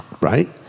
Right